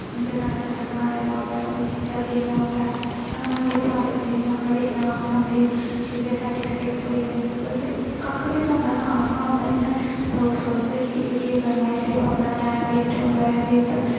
उं'दे कन्नै कुछ बनाए दा होऐ ओह् चीजां देनियां उत्थें सानूं में बड़े बार लेती दियां बड़े ईनाम थ्होंदे ठीक ऐ सार्टिफिकेट थ्होई जंदे बंदे कक्ख ते थ्होंदा नाम गै होंदा इ'यां लोग सोचदे कि एह् केह् करना इसी अपना टाईम वेस्ट होंदा ओह्दे च